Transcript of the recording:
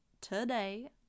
today